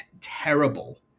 terrible